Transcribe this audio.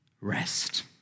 rest